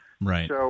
Right